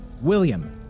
William